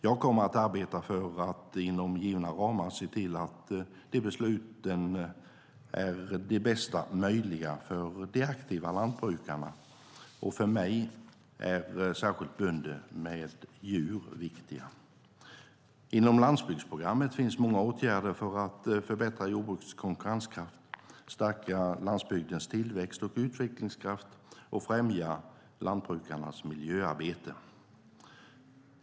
Jag kommer att arbeta för att inom givna ramar se till att de besluten är de bästa möjliga för de aktiva lantbrukarna, och för mig är särskilt bönder med djur viktiga. Inom landsbygdsprogrammet finns många åtgärder för att förbättra jordbrukets konkurrenskraft, stärka landsbygdens tillväxt och utvecklingskraft och främja lantbrukarnas miljöarbete.